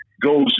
goes